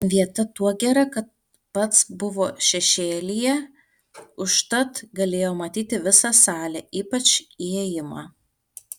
vieta tuo gera kad pats buvo šešėlyje užtat galėjo matyti visą salę ypač įėjimą